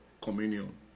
communion